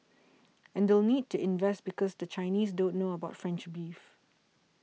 and they'll need to invest because the Chinese don't know about French beef